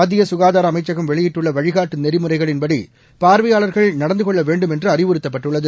மத்திய சுகாதார அமைச்சகம் வெளியிட்டுள்ள வழிகாட்டு நெறிமுறைகளின்படி பார்வையாளர்கள் நடந்து கொள்ள வேண்டும் என்று அறிவுறுத்தப்பட்டுள்ளது